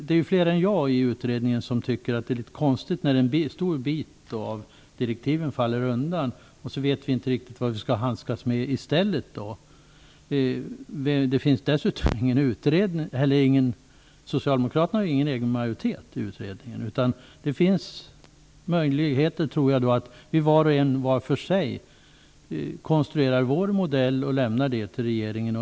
Det är fler än jag i utredningen som tycker att det är litet konstigt att en stor bit av direktiven faller undan, och vi vet inte hur vi skall göra i stället. Dessutom har socialdemokraterna ingen egen majoritet i utredningen. Det finns möjlighet för var och en att konstruera sin modell och lämna över den till regeringen.